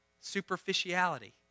Superficiality